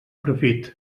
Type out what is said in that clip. profit